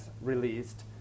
released